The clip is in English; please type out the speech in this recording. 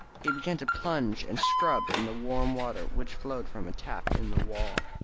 he began to plunge and scrub in the warm water which flowed from a tap in the wall.